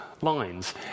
lines